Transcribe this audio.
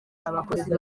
abakozi